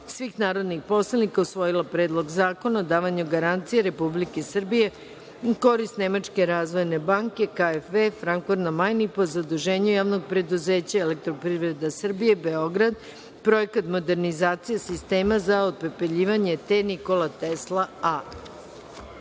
stavljam na glasanje Predlog zakona o davanju garancije Republike Srbije u korist Nemačke razvojne banke KfW, Frankfurt na Majni, po zaduženju Javnog preduzeća „Elektroprivreda Srbije“, Beograd (Projekat „Modernizacija sistema za otpepeljivanje TE Nikola Tesla